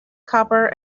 copper